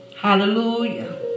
hallelujah